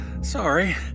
Sorry